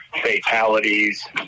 fatalities